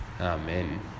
Amen